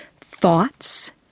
thoughts